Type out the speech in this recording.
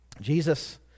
Jesus